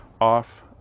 off